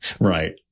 Right